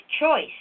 choice